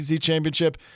championship